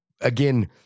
again